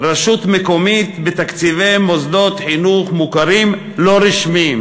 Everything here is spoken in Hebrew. רשות מקומית בתקציבי מוסדות חינוך מוכרים לא רשמיים,